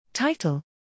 Title